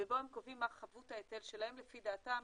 ובו הם קובעים מה חבות ההיטל שלהם לפי דעתם,